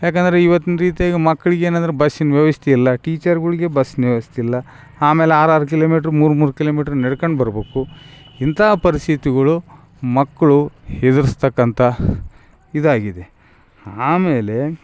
ಯಾಕಂದರೆ ಇವತ್ತಿನ ರೀತಿಯಾಗಿ ಮಕ್ಳಿಗೆ ಏನಂದ್ರೆ ಬಸ್ಸಿನ ವ್ಯವಸ್ಥೆ ಇಲ್ಲ ಟೀಚರ್ಗಳಿಗೆ ಬಸ್ನ ವ್ಯವಸ್ಥೆ ಇಲ್ಲ ಆಮೇಲೆ ಆರು ಆರು ಕಿಲೋಮೀಟ್ರ್ ಮೂರು ಮೂರು ಕಿಲೋಮೀಟ್ರ್ ನಡ್ಕಂಡು ಬರ್ಬೇಕು ಇಂಥ ಪರಿಸ್ಥಿತಿಗಳು ಮಕ್ಕಳು ಹೆದರಿಸ್ತಕ್ಕಂತ ಇದಾಗಿದೆ ಆಮೇಲೆ